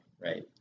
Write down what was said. right